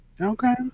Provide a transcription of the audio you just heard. Okay